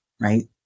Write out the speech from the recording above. right